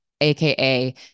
aka